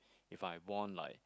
if I born like